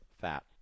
fat